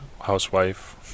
housewife